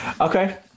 okay